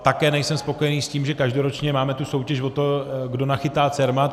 Také nejsem spokojený s tím, že každoročně máme soutěž o to, kdo nachytá Cermat.